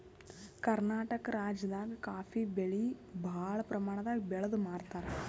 ಕರ್ನಾಟಕ್ ರಾಜ್ಯದಾಗ ಕಾಫೀ ಬೆಳಿ ಭಾಳ್ ಪ್ರಮಾಣದಾಗ್ ಬೆಳ್ದ್ ಮಾರ್ತಾರ್